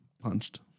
punched